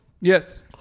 Yes